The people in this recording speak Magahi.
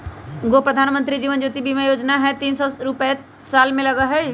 गो प्रधानमंत्री जीवन ज्योति बीमा योजना है तीन सौ तीस रुपए साल में लगहई?